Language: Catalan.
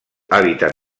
hàbitat